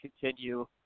continue